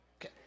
Okay